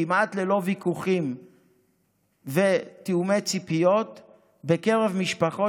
כמעט ללא ויכוחים ותיאומי ציפיות בקרב משפחות